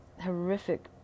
horrific